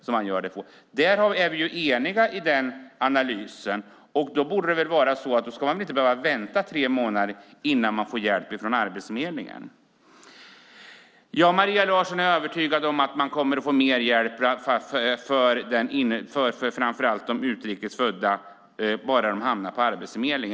Vi är eniga i den analysen, och då borde man inte behöva vänta i tre månader innan man får hjälp från Arbetsförmedlingen. Maria Larsson är övertygad om att de utrikes födda kommer att få mer hjälp, bara de hamnar på Arbetsförmedlingen.